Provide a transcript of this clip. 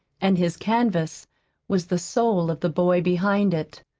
and his canvas was the soul of the boy behind it.